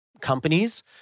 companies